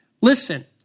listen